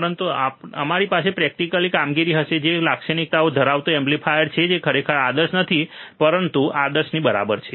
પરંતુ અમારી પાસે પ્રેકટિકલ કામગીરી હશે કેટલીક લાક્ષણિકતાઓ ધરાવતું એમ્પ્લીફાયર જે ખરેખર આદર્શ નથી પરંતુ આદર્શની બરાબર છે